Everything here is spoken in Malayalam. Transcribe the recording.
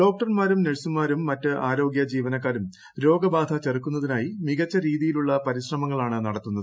ഡോക്ടർമാരും നഴ്സുമാരും മറ്റ് ആരോഗ്യ ജീവനക്കാരും രോഗബാധ ചെറുക്കുന്നതിനായി മികച്ച രീതിയിലുള്ള പരിശ്രമങ്ങളാണ് നടത്തുന്നത്